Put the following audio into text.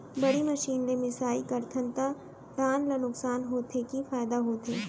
बड़ी मशीन ले मिसाई करथन त धान ल नुकसान होथे की फायदा होथे?